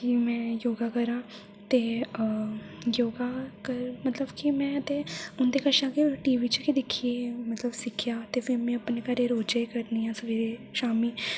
की में योगा करांऽ ते योगा मतलब की में ते उं'दे कशा गै टी वी च गै दिक्खियै मतलब सिक्खेआ ते फ्ही में अपने घरै रोज़ै करनी आं सबैह्रे शामीं